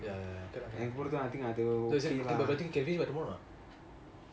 ya ya okay lah okay lah the thing is that can finish by tomorrow or not